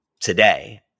today